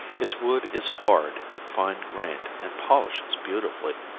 its wood is hard and fine grained and polishes beautifully.